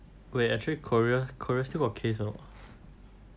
wait actually Korea Korea still got case or not